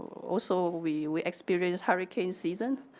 also we we experience hurricane season.